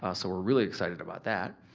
ah so, we're really excited about that.